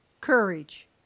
courage